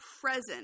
present